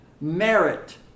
merit